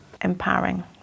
Empowering